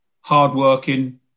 hardworking